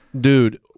dude